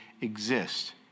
exist